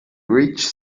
rich